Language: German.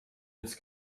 jetzt